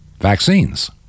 vaccines